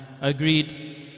agreed